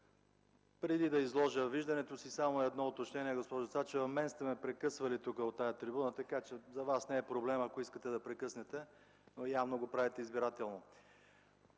Преди да изложа виждането си, само едно от уточнение, госпожо Цачева – мен сте ме прекъсвали тук, от тази трибуна. Така че за Вас не е проблем, ако искате да прекъснете, но явно го правите избирателно.